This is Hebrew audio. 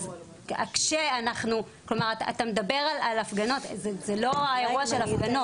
אתה מדבר על הפגנות, זה לא האירוע של הפגנות.